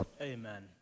Amen